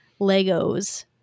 Legos